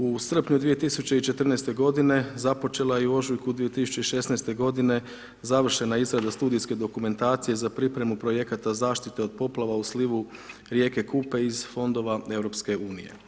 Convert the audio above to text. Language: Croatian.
U srpnju 2014.-te godine započela je i u ožujku 2016.-te godine, završena je izrada studijske dokumentacije za pripremu Projekata zaštite od poplava u slivu rijeke Kupe iz Fondova EU.